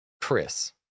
Chris